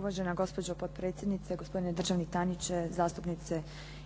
Uvažena gospođo potpredsjedniče, gospodine državni tajniče, zastupnice